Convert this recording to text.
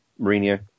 Mourinho